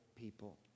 people